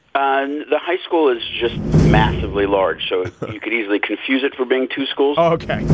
and the high school is just massively large, so you could easily confuse it for being two schools. ah okay.